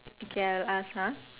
okay I will ask ah